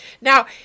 Now